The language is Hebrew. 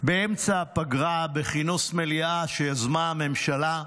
באמצע הפגרה, בכינוס מליאה שיזמה הממשלה,